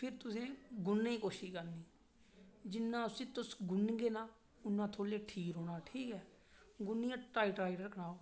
फिर तुसें गुन्नने दी कोशिश करनी जिन्ना उसी तुसें गुनगे ना उन्ना थोहाड़े लेई ठीक रौहना गुन्नियै टाइट टाइट रक्खना